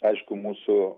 aišku mūsų